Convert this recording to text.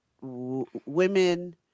women